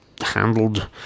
handled